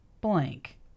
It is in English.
blank